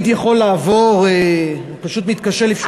אני פשוט מתקשה לשמוע את עצמי.